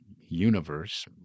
universe